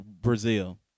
Brazil